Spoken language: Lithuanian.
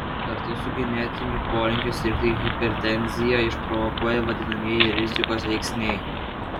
kartu su genetiniu polinkiu sirgti hipertenziją išprovokuoja vadinamieji rizikos veiksniai